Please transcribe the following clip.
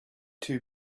too